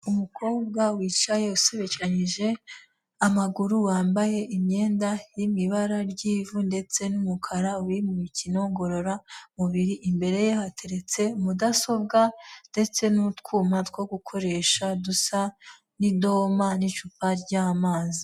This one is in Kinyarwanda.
Umukobwa wicaye usubekeranyije amaguru, wambaye imyenda iri mu ibara ry'ivu ndetse n'umukara, uri mu mikino ngororamubiri, imbere ye hateretse mudasobwa ndetse n'utwuma two gukoresha dusa n'idoma, n'icupa ry'amazi.